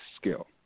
skill